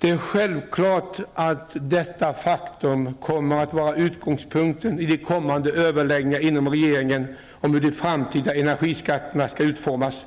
Det är självklart att detta faktum kommer att vara utgångspunkten i de kommande överläggningarna inom regeringen om hur de framtida energiskatterna skall utformas.